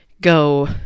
go